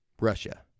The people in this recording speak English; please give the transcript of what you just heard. Russia